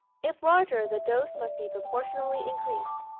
if larger, the dose must be proportionally increased.